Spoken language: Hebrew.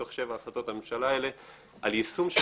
בתוך 7 החלטות הממשלה האלה על יישום של